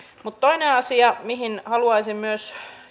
toinen asia mihin haluaisin myös